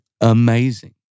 amazing